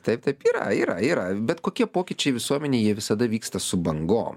taip taip yra yra yra bet kokie pokyčiai visuomenėj jie visada vyksta su bangom